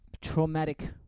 Traumatic